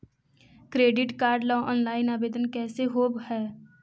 Credit card ल online आवेदन कैसे होब है?